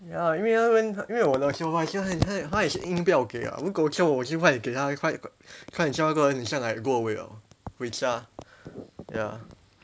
ya 因为那边因为我的 supervisor 他他也是硬硬不要给啊如果是我就快点给他快点叫他 ta like go away lor 回家 ya